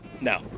no